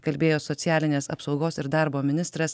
kalbėjo socialinės apsaugos ir darbo ministras